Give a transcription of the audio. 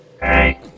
Hey